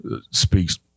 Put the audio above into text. speaks